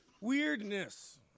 weirdness